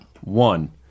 One